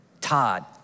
Todd